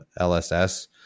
LSS